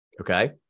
okay